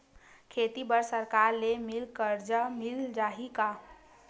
खेती बर सरकार ले मिल कर्जा मिल जाहि का?